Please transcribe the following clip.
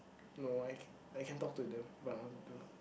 no I can I can talk to them if I wanted to